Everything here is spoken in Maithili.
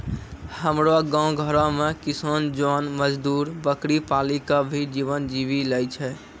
हमरो गांव घरो मॅ किसान जोन मजदुर बकरी पाली कॅ भी जीवन जीवी लॅ छय